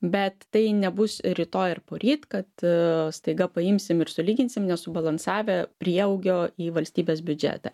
bet tai nebus rytoj ar poryt kad staiga paimsim ir sulyginsim nesubalansavę prieaugio į valstybės biudžetą